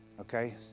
okay